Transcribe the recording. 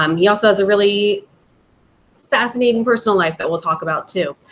um he also has a really fascinating personal life that we'll talk about, too.